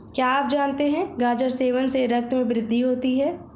क्या आप जानते है गाजर सेवन से रक्त में वृद्धि होती है?